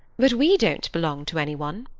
but we don't belong to any one.